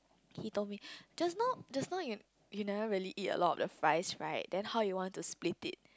he told me just now just now you you never really eat a lot of the fries right then how you want to split it